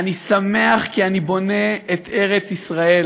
אני שמח כי אני בונה את ארץ-ישראל,